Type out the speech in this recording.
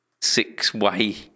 six-way